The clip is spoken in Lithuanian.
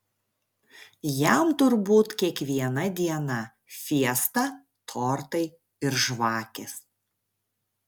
jam turbūt kiekviena diena fiesta tortai ir žvakės